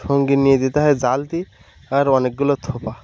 সঙ্গে নিয়ে যেতে হয় জালতি আর অনেকগুলো থোপা